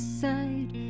side